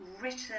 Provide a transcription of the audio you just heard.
written